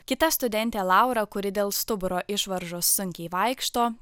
kita studentė laura kuri dėl stuburo išvaržos sunkiai vaikšto